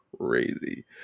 crazy